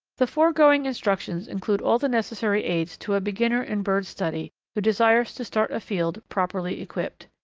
the foregoing instructions include all the necessary aids to a beginner in bird study who desires to start afield properly equipped.